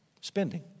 Spending